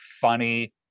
funny